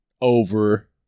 over